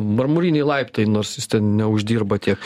marmuriniai laiptai nors jis ten neuždirba tiek